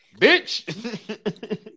bitch